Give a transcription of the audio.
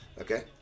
okay